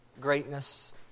greatness